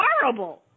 horrible